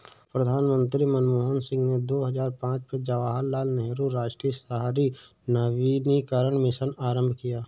प्रधानमंत्री मनमोहन सिंह ने दो हजार पांच में जवाहरलाल नेहरू राष्ट्रीय शहरी नवीकरण मिशन आरंभ किया